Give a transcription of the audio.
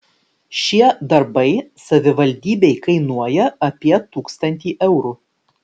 šie darbai savivaldybei kainuoja apie tūkstantį eurų